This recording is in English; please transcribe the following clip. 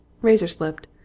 Razor-slipped